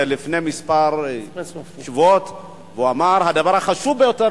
לפני כמה שבועות הוא אמר: הדבר החשוב ביותר